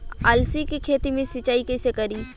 अलसी के खेती मे सिचाई कइसे करी?